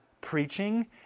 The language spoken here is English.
preaching